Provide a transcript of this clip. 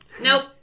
Nope